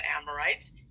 Amorites